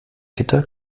gitter